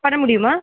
வர முடியுமா